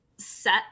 set